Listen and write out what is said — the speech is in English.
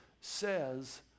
says